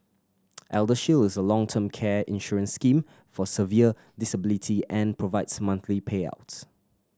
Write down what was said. ElderShield is a long term care insurance scheme for severe disability and provides monthly payouts